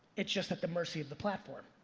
it's just at the mercy of the platform.